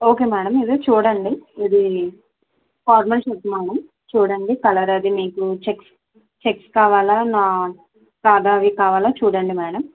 okay madam ఇది చూడండి ఇది ఫార్మల్ షర్ట్ మేడం చూడండి కలర్ అది మీకు చెక్స్ చెక్స్ కావాలా నా సాదావి కావాలా చూడండి మేడం